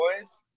boys